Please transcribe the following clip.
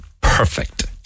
perfect